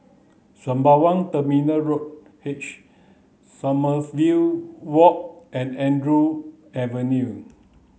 Sembawang Terminal Road H Sommerville Walk and Andrew Avenue